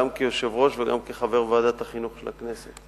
גם כיושב-ראש וגם כחבר ועדת החינוך של הכנסת.